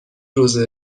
روزه